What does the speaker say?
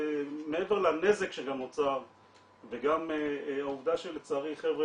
מעבר לנזק שגם נוצר וגם העובדה שלצערי חבר'ה